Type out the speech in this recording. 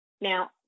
Now